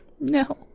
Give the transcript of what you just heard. No